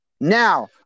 Now –